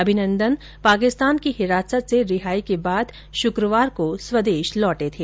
अभिनंदन वर्धमान पाकिस्तान की हिरासत से रिहाई के बाद शुक्रवार को स्वदेश लौटे थे